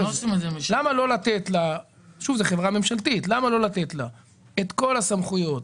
למה לא לתת לחברה הממשלתית את כל הסמכויות,